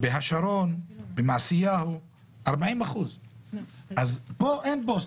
בשרון, במעשיהו 40%. פה אין פוסטה.